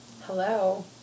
hello